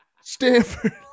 stanford